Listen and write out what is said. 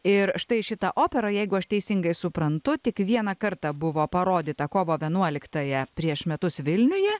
ir štai šita opera jeigu aš teisingai suprantu tik vieną kartą buvo parodyta kovo vienuoliktąją prieš metus vilniuje